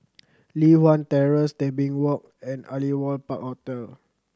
Li Hwan Terrace Tebing Walk and Aliwal Park Hotel